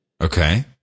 Okay